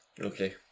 okay